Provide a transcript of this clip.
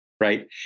right